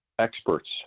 experts